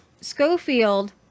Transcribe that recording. Schofield